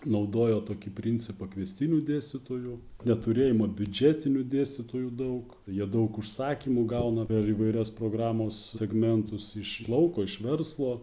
naudojo tokį principą kviestinių dėstytojų neturėjimą biudžetinių dėstytojų daug jie daug užsakymų gauna per įvairias programos segmentus iš lauko iš verslo